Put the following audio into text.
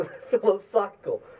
Philosophical